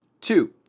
Two